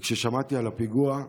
וכששמעתי על הפיגוע,